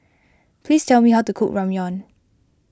please tell me how to cook Ramyeon